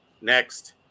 Next